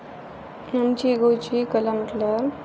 आमची गोंयची कला म्हटल्यार